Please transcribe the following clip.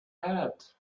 had